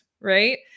right